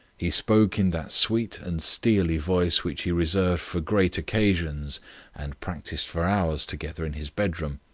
he spoke in that sweet and steely voice which he reserved for great occasions and practised for hours together in his bedroom.